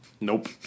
Nope